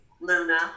Luna